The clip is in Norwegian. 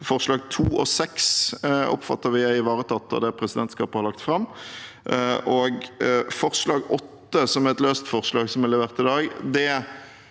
nr. 2 og 6 oppfatter vi er ivaretatt av det presidentskapet har lagt fram. Forslag nr. 8, som er et løst forslag som er levert i dag,